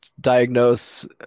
diagnose